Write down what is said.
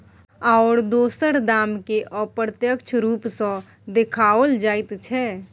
आओर दोसर दामकेँ अप्रत्यक्ष रूप सँ देखाओल जाइत छै